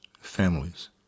families